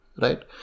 right